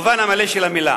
במובן המלא של המלה.